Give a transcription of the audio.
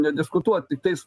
nediskutuot tiktais